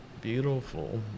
beautiful